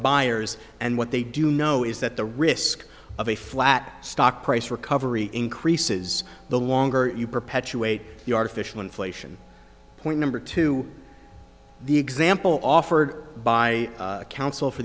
buyers and what they do know is that the risk of a flat stock price recovery increases the longer you perpetuate the artificial inflation point number two the example offered by counsel for